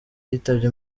yitabye